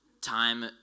time